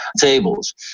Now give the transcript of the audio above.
tables